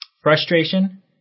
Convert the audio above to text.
frustration